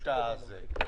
תודה רבה.